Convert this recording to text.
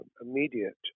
immediate